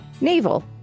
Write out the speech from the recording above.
Navel